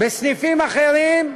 בסניפים אחרים,